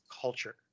culture